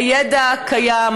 הידע קיים,